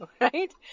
Right